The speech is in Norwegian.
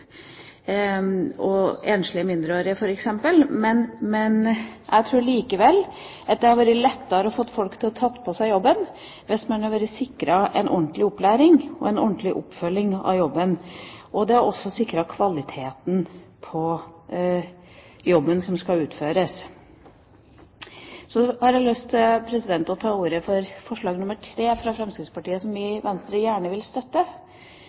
enslige mindreårige asylsøkere f.eks., men jeg tror likevel at det hadde vært lettere å få folk til å ta på seg jobben hvis man hadde vært sikret en ordentlig opplæring og en ordentlig oppfølging av jobben. Det hadde også sikret kvaliteten på jobben som skal utføres. Så har jeg lyst til å si litt rundt forslag nr. 3, fra Fremskrittspartiet, som Venstre gjerne vil støtte,